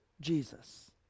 Jesus